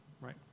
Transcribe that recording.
right